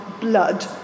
blood